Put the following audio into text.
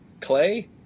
clay